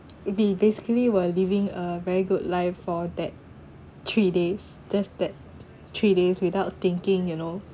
we basically were leaving a very good life for that three days just that three days without thinking you know